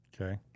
Okay